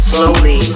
Slowly